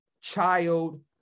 child